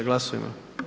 Glasujmo.